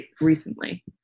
recently